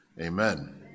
Amen